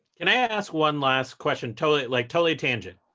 can i ask one last question? totally like totally tangent.